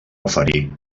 oferir